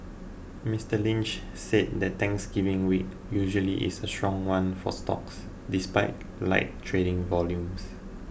Mister Lynch said the Thanksgiving week usually is a strong one for stocks despite light trading volumes